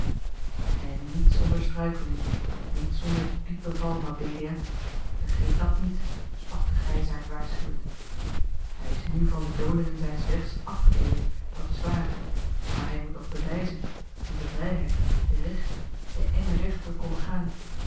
en niet zonder struikeling niet zonder diepen val mabelia vergeet dat niet sprak de grijsaard waarschuwend hij is nu van de dolingen zijns wegs afgekeerd dat is waar maar hij moet nog bewijzen in de vrijheid den rechten den engen weg a l g bosboom-toussaint de delftsche wonderdokter eel konnen gaan